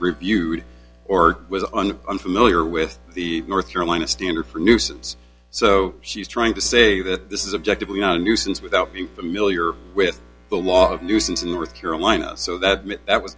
reviewed or was on unfamiliar with the north carolina standard for nuisance so she's trying to say that this is objectively not a nuisance without being familiar with the law of nuisance in the carolinas so that that was